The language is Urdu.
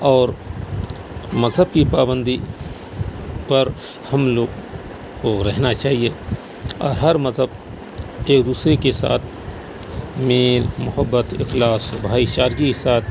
اور مذہب کی پابندی پر ہم لوگ کو رہنا چاہیے اور ہر مذہب ایک دوسرے کے ساتھ میل محبت اخلاص بھائی چارگی کے ساتھ